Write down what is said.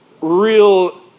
real